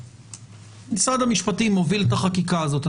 משרד המשפטים מוביל את החקיקה הזאת,